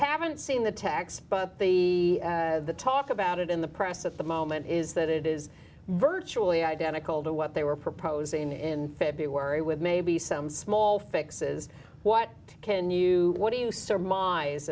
haven't seen the tax but the talk about it in the press at the moment is that it is virtually identical to what they were proposing in february with maybe some small fixes what can you what do you surmise